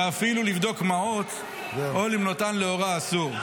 ואפילו לבדוק מעות או למנותן לאורה אסור".